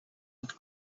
and